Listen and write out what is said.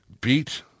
beat